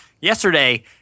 yesterday